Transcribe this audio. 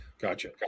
Gotcha